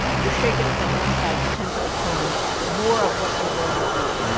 you're shaken up on one side you tend to become more of what you were before.